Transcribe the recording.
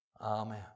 Amen